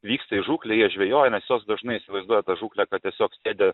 vyksta į žūklę jie žvejoja nes jos dažnai įsivaizduoja tą žūklę kad tiesiog sėdi